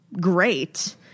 great